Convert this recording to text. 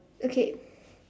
okay